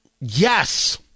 Yes